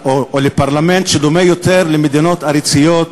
לפרלמנט שדומה יותר לזה שבמדינות עריצות,